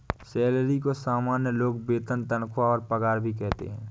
salary को सामान्य लोग वेतन तनख्वाह और पगार भी कहते है